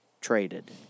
traded